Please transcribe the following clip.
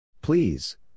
Please